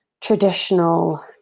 traditional